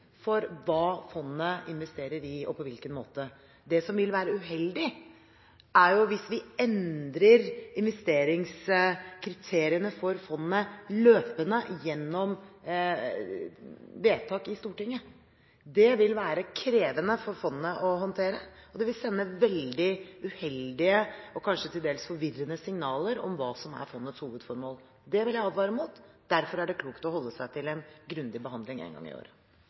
for hva fondet investerer i og på hvilken måte. Det som vil være uheldig, er hvis vi endrer investeringskriteriene for fondet løpende gjennom vedtak i Stortinget. Det vil være krevende for fondet å håndtere, og det vil sende veldig uheldige og kanskje til dels forvirrende signaler om hva som er fondets hovedformål. Det vil jeg advare mot. Derfor er det klokt å holde seg til en grundig behandling en gang i